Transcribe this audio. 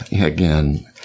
again